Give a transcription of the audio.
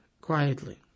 quietly